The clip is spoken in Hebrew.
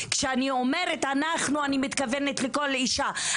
כשאני אומרת אנחנו אני מתכוונת לכל אישה,